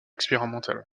expérimentales